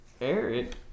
Eric